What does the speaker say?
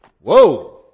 Whoa